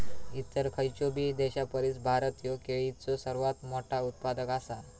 इतर खयचोबी देशापरिस भारत ह्यो केळीचो सर्वात मोठा उत्पादक आसा